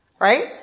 right